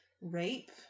rape